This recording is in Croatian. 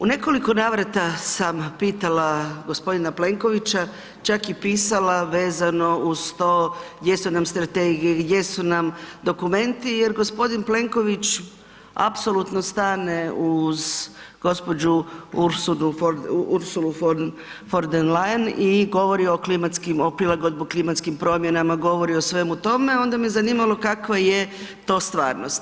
U nekoliko navrata sam pitala gospodina Plenkovića, čak i pisala vezano uz to gdje su nam strategije, gdje su nam dokumenti jer gospodin Plenković apsolutno stane uz gospođu Ursulu von der Leyen i govori o klimatskim o prilagodbi klimatskim promjenama, govori o svemu tome, onda me zanimalo kakva je to stvarnost.